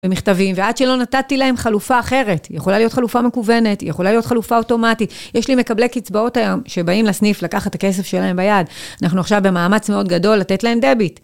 במכתבים, ועד שלא נתתי להם חלופה אחרת. יכולה להיות חלופה מקוונת, יכולה להיות חלופה אוטומטית. יש לי מקבלי קצבאות היום שבאים לסניף לקחת הכסף שלהם ביד. אנחנו עכשיו במאמץ מאוד גדול לתת להם דביט.